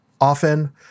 often